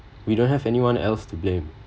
we don't have anyone else to blame